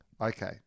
Okay